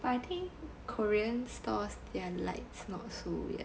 but I think korean stores their lights not so weird